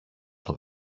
τον